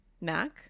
Mac